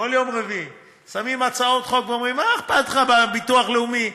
רביעי שמים הצעות חוק ואומרים: מה אכפת לך מהביטוח הלאומי?